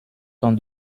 temps